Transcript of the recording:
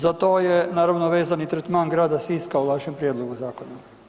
Za to je naravno vezan i tretman grada Siska u vašem prijedlogu zakona.